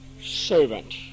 servant